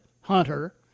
Hunter